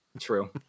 True